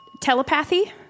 telepathy